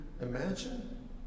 imagine